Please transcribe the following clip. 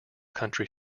country